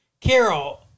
Carol